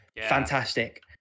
fantastic